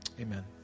amen